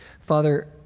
Father